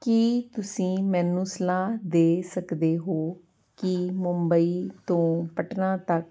ਕੀ ਤੁਸੀਂ ਮੈਨੂੰ ਸਲਾਹ ਦੇ ਸਕਦੇ ਹੋ ਕਿ ਮੁੰਬਈ ਤੋਂ ਪਟਨਾ ਤੱਕ